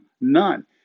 None